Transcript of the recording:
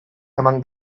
among